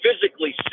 physically